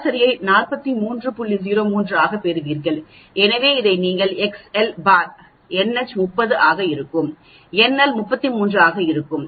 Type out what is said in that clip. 03 ஆகப் பெறுவீர்கள் எனவே இதை நீங்கள்XL பார் nH 30 ஆக இருக்கும் nL 33 ஆக இருக்கும்